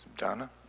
Donna